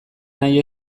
nahi